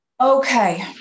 Okay